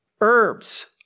Herbs